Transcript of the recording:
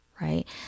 right